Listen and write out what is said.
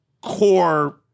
core